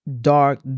dark